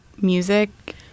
music